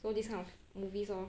so this kind of movies lor